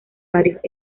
varios